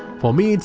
for me,